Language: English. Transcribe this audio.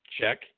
Check